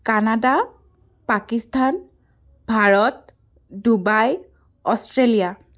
Canada Pakistan Bharat Dubai Australia